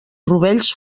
rovells